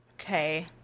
Okay